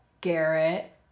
Garrett